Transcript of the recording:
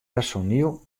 personiel